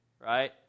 right